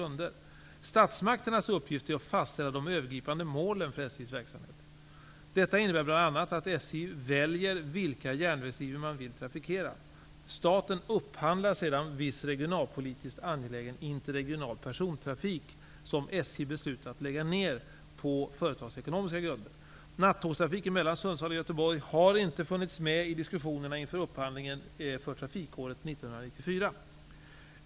Statsmakternas uppgift är att fastställa de övergripande målen för SJ:s verksamhet. Detta innebär bl.a. att SJ väljer vilka järnvägslinjer man vill trafikera. Staten upphandlar sedan viss regionalpolitiskt angelägen interregional persontrafik som SJ beslutat lägga ner på företagsekonomiska grunder. Nattågstrafiken mellan Sundsvall och Göteborg har inte funnits med i diskussionerna inför upphandlingen för trafikåret 1994.